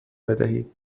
بدهید